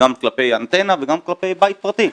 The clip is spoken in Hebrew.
גם כלפי אנטנה וגם כלפי בית פרטי.